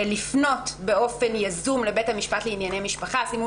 לפנות באופן יזום לבית המשפט לענייני משפחה שימו